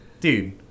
Dude